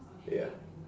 ya